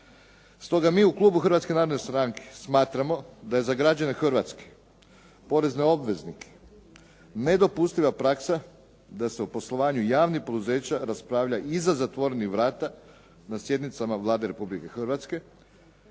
Stoga mi u klubu Hrvatske narodne stranke smatramo da je za građane Hrvatske, porezne obveznike, nedopustiva praksa da se o poslovanju javnih poduzeća raspravlja iza zatvorenih vrata na sjednicama Vlade Republike Hrvatske